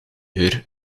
geur